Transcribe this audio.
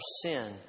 sin